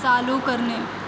चालू करणे